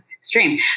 stream